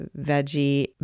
veggie